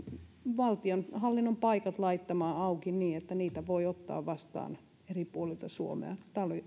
valtionhallinnon paikat laittamaan auki niin että niitä voi ottaa vastaan eri puolilta suomea tämä